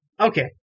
Okay